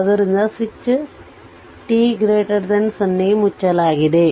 ಆದ್ದರಿಂದ switch t 0 ಗೆ ಮುಚ್ಚಲಾಗಿದೆ